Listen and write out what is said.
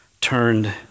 turned